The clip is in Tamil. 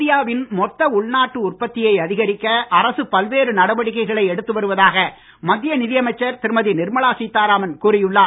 இந்தியாவின் மொத்த உள் நாட்டு உற்பத்தியை அதிகரிக்க அரசு பல்வேறு நடவடிக்கைகளை எடுத்து வருவதாக மத்திய நிதி அமைச்சர் திருமதி நிர்மலா சீதாராமன் கூறியுள்ளார்